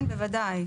כן, בוודאי.